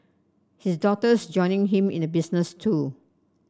his daughter's joining him in the business too